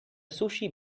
sushi